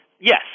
yes